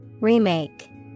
Remake